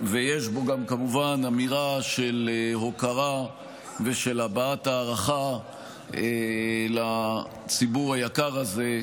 ויש בו גם כמובן אמירה של הוקרה ושל הבעת הערכה לציבור היקר הזה,